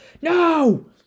No